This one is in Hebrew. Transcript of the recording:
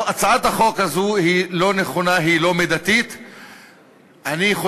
הצעת החוק הזאת היא לא נכונה, היא לא מידתית.